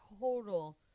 total